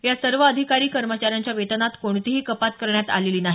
या सर्व अधिकारी कर्मचाऱ्यांच्या वेतनात कोणतीही कपात करण्यात आलेली नाही